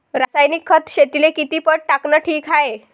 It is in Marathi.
रासायनिक खत शेतीले किती पट टाकनं ठीक हाये?